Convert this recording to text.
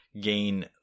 gain